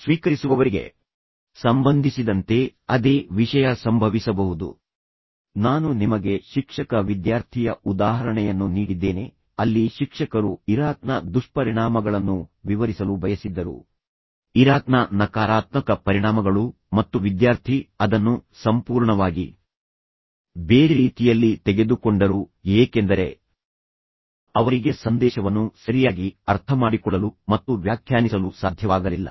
ಸ್ವೀಕರಿಸುವವರಿಗೆ ಸಂಬಂಧಿಸಿದಂತೆ ಅದೇ ವಿಷಯ ಸಂಭವಿಸಬಹುದು ನಾನು ನಿಮಗೆ ಶಿಕ್ಷಕ ವಿದ್ಯಾರ್ಥಿಯ ಉದಾಹರಣೆಯನ್ನು ನೀಡಿದ್ದೇನೆ ಅಲ್ಲಿ ಶಿಕ್ಷಕರು ಇರಾಕ್ನ ದುಷ್ಪರಿಣಾಮಗಳನ್ನು ವಿವರಿಸಲು ಬಯಸಿದ್ದರು ಇರಾಕ್ನ ನಕಾರಾತ್ಮಕ ಪರಿಣಾಮಗಳು ಮತ್ತು ವಿದ್ಯಾರ್ಥಿ ಅದನ್ನು ಸಂಪೂರ್ಣವಾಗಿ ಬೇರೆ ರೀತಿಯಲ್ಲಿ ತೆಗೆದುಕೊಂಡರು ಏಕೆಂದರೆ ಅವರಿಗೆ ಸಂದೇಶವನ್ನು ಸರಿಯಾಗಿ ಅರ್ಥಮಾಡಿಕೊಳ್ಳಲು ಮತ್ತು ವ್ಯಾಖ್ಯಾನಿಸಲು ಸಾಧ್ಯವಾಗಲಿಲ್ಲ